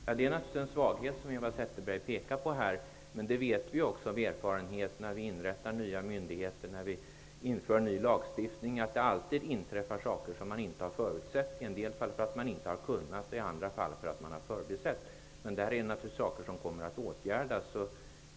Herr talman! Det är naturligtvis en svaghet som Eva Zetterberg pekar på här. Vi vet av erfarenhet när vi inrättar nya myndigheter och inför ny lagstiftning att det alltid inträffar saker som man inte har förutsatt, i en del fall för att man inte har kunnat förutse dem och i andra fall för att man har förbisett dem. Det är naturligtvis saker som kommer att åtgärdas.